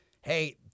hey